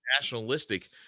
nationalistic